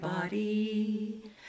body